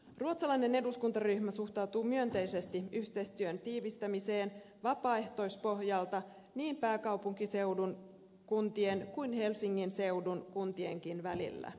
ruotsalainen eduskuntaryhmä suhtautuu myönteisesti yhteistyön tiivistämiseen vapaaehtoispohjalta niin pääkaupunkiseudun kuntien kuin helsingin seudun kuntienkin välillä